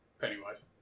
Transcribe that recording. Pennywise